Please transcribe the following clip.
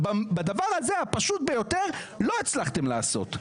בדבר הזה, הפשוט ביותר, לא הצלחתם לעשות.